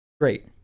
Great